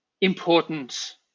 important